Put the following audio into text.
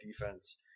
defense